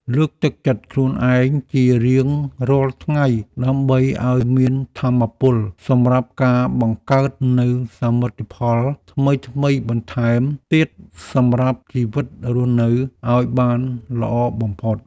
លើកទឹកចិត្តខ្លួនឯងជារៀងរាល់ថ្ងៃដើម្បីឱ្យមានថាមពលសម្រាប់ការបង្កើតនូវសមិទ្ធផលថ្មីៗបន្ថែមទៀតសម្រាប់ជីវិតរស់នៅឱ្យបានល្អបំផុត។